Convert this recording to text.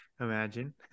imagine